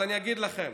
אז אני אגיד לכם: